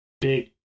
big